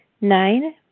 Nine